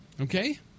Okay